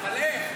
אבל איך?